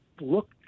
look